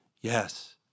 Yes